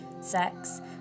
sex